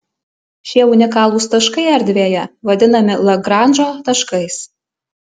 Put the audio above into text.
šie unikalūs taškai erdvėje vadinami lagranžo taškais